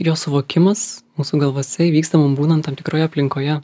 jo suvokimas mūsų galvose įvyksta mum būnant tam tikroje aplinkoje